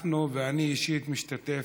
אנחנו, אני אישית משתתף,